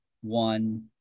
one